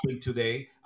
today